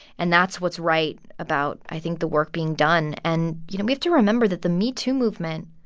and that's what's right about i think the work being done. and, you know, we have to remember that the metoo movement,